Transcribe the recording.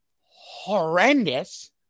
horrendous